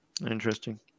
Interesting